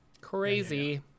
Crazy